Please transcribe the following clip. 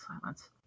silence